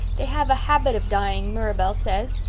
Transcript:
they have a habit of dying, mirabel says.